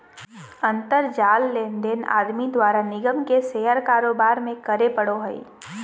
अंतर जाल लेनदेन आदमी द्वारा निगम के शेयर कारोबार में करे पड़ो हइ